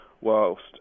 Whilst